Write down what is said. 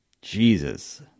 Jesus